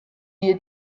wir